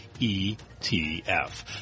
ETF